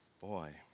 Boy